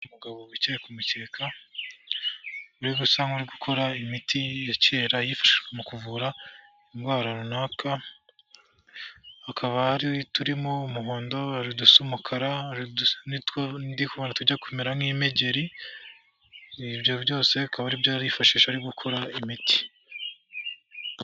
Umugabo wicaye kumukeka, uri gusa gukora imiti ya kera mu kuvura indwara runaka, akaba ari uturimo umuhondo, hari udusa umukara nitwo tujya kumera nk'impegeri, ibyo byose bikaba ari ibyofashi arimo gukora imiti.